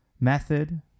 method